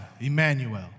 Emmanuel